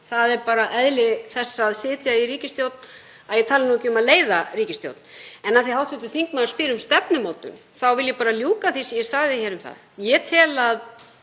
Það er bara eðli þess að sitja í ríkisstjórn, að ég tali nú ekki um að leiða ríkisstjórn. En af því að hv. þingmaður spyr um stefnumótun þá vil ég bara ljúka því sem ég sagði hér um það. Ég tel að